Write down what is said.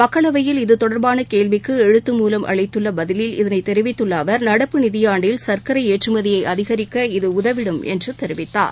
மக்களவையில் இது தொடர்பானகேள்விக்குஎழுத்து மூலம் அளித்தபதிலிலி இதனைத் தெரிவித்துள்ள அவர் நடப்பு நிதியாண்டில் சர்க்கரைஏற்றுமதியைஅதிகரிக்க இது உதவிடும் என்றார்